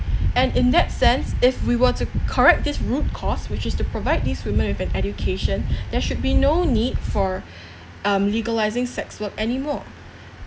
and in that sense if we were to correct this root cause which is to provide these women with an education there should be no need for um legalising sex work anymore